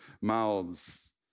mouths